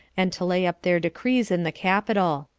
and to lay up their decrees in the capitol.